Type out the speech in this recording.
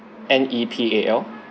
N E P A L